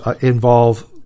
involve –